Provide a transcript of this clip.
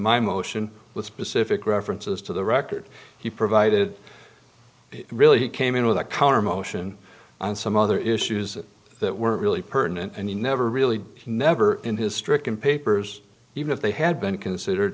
my motion with specific references to the record he provided really he came in with a counter motion and some other issues that were really pertinent and he never really never in his stricken papers even if they had been considered